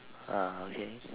ah okay